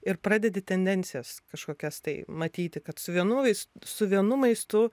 ir pradedi tendencijas kažkokias tai matyti kad su vienu lais su vienu maistu